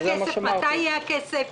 מתי יהיה הכסף?